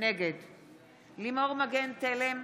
נגד לימור מגן תלם,